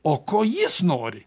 o ko jis nori